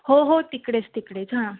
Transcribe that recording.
हो हो तिकडेच तिकडेच हां